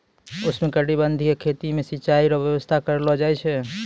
उष्णकटिबंधीय खेती मे सिचाई रो व्यवस्था करलो जाय छै